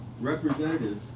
representatives